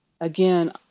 Again